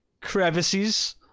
crevices